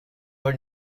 her